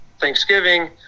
Thanksgiving